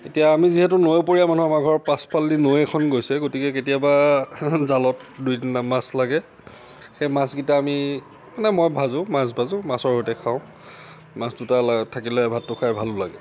এতিয়া আমি যিহেতু নৈ পৰীয়া মানুহ আমাৰ ঘৰৰ পাছফালেদি নৈ এখন গৈছে গতিকে কেতিয়াবা জালত দুই তিনিটা মাছ লাগে সেই মাছগিতা আমি মানে মই মাছ ভাজো মাছ ভাজো মাছৰ সৈতে খাওঁ মাছ দুটা থাকিলে ভাতটো খাই ভালো লাগে